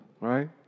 right